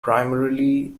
primarily